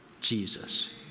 Jesus